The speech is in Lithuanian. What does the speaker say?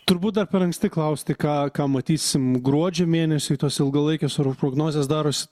turbūt dar per anksti klausti ką ką matysim gruodžio mėnesį tos ilgalaikės orų prognozės darosi